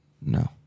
No